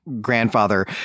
grandfather